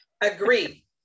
Agree